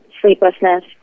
sleeplessness